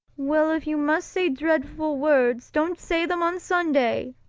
well, if you must say dreadful words don't say them on sunday,